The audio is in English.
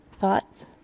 Thoughts